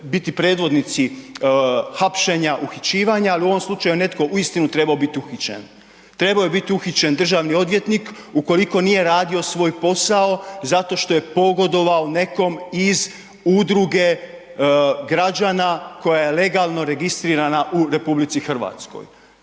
biti predvodnici hapšenja, uhićivanja, ali u ovom slučaju netko uistinu trebao biti uhićen. Trebao je biti uhićen državni odvjetnik ukoliko nije radio svoj posao zato što je pogodovao nekome iz udruge građana koja je legalno registrirana u RH. Ili je